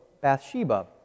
Bathsheba